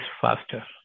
faster